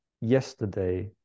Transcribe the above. yesterday